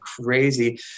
crazy